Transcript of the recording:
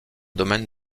domaine